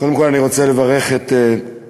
קודם כול אני רוצה לברך את ידידי,